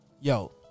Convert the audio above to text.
yo